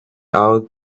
out